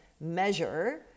measure